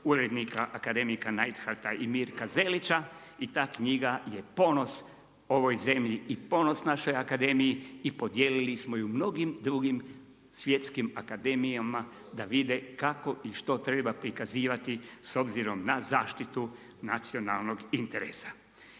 urednika akademika Najharta i Mirka Zelića i ta knjiga je ponos ovoj zemlji i ponos našoj akademiji i podijelili smo ju mnogim drugim svjetskim akademijama da vide kako i što treba prikazivati s obzirom na zaštitu nacionalnog interesa.